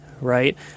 right